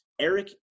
Eric